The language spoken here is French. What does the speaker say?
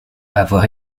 avoir